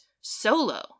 solo